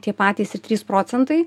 tie patys ir trys procentai